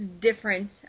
different